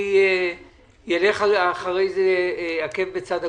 אני אלך אחרי זה עקב בצד אגודל.